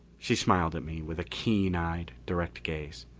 she smiled at me with a keen-eyed, direct gaze.